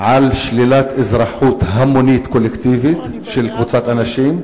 על שלילת אזרחות המונית קולקטיבית של קבוצת אנשים.